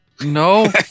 No